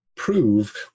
prove